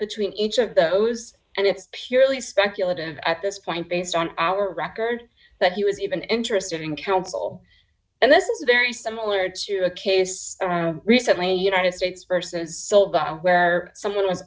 between each of those and it's purely speculative at this point based on our record that he was even interested in counsel and this is very similar to a case recently united states versus soulbound where someone was